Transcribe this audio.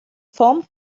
form